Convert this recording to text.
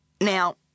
Now